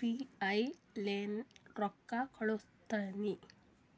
P I ಲೇನೆ ರೊಕ್ಕಾ ಕಳುಸ್ತನಿ